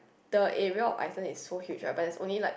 the area of Iceland is so huge right but there's only like